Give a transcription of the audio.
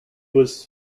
was